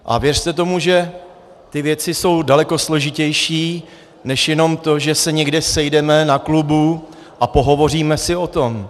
A věřte tomu, že ty věci jsou daleko složitější než jenom to, že se někde sejdeme na klubu a pohovoříme si o tom.